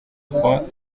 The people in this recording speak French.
trois